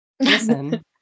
listen